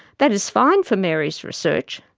that is fine for mary's research,